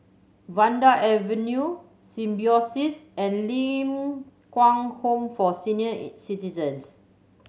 Vanda Avenue Symbiosis and Ling Kwang Home for Senior Citizens